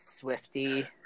swifty